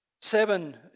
Seven